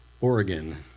Oregon